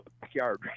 backyard